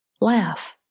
laugh